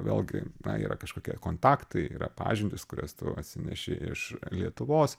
vėlgi na yra kažkokie kontaktai yra pažintys kurias tu atsineši iš lietuvos